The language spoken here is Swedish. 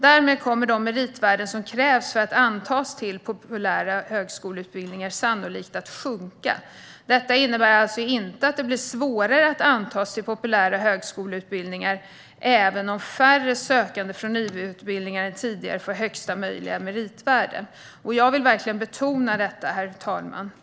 Därmed kommer de meritvärden som krävs för att antas till populära högskoleutbildningar sannolikt att sjunka. Detta innebär alltså inte att det blir svårare att antas till populära högskoleutbildningar, även om färre sökande från IB-utbildningar än tidigare får högsta möjliga meritvärde. Jag vill verkligen betona detta, herr talman!